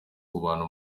abantu